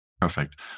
perfect